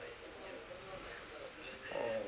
oh